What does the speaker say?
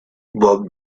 bob